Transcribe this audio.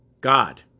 God